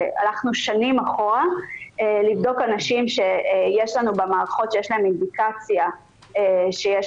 הלכנו שנים אחורה לבדוק אנשים שיש לנו במערכות שיש להם אינדיקציה שיש